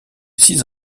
six